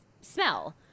smell